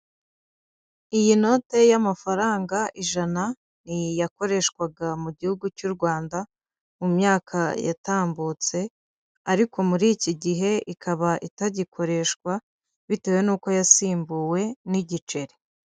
Iyi note y'amafaranga ijana ni iyakoreshwaga mu gihugu cy'u Rwanda mu myaka yatambutse ariko muri iki gihe ikaba itagikoreshwa bitewe n'uko yasimbuwe n'igiceri.